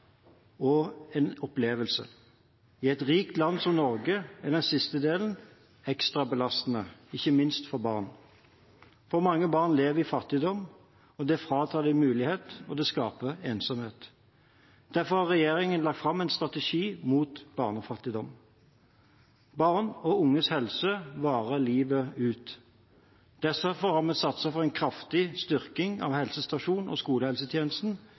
og en opplevelse. I et rikt land som Norge er den siste delen ekstra belastende, ikke minst for barn. For mange barn lever i fattigdom. Det fratar dem muligheter og skaper ensomhet. Derfor har regjeringen lagt fram en strategi mot barnefattigdom. Barn og unges helse varer livet ut. Derfor har vi sørget for en kraftig styrking av helsestasjons- og skolehelsetjenesten,